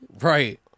Right